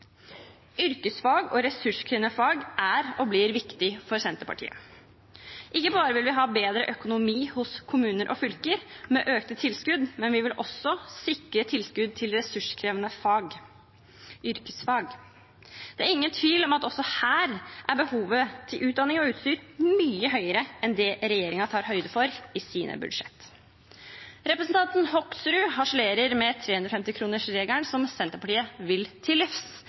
Yrkesfag og ressurskrevende fag er og blir viktig for Senterpartiet. Ikke bare vil vi ha bedre økonomi hos kommuner og fylker med økte tilskudd, vi vil også sikre tilskudd til ressurskrevende yrkesfag. Det er ingen tvil om at også her er behovet for utdanning og utstyr mye større enn det regjeringen tar høyde for i sine budsjetter. Representanten Hoksrud harselerer med 350-kronersregelen, som Senterpartiet vil til livs,